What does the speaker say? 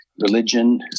religion